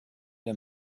der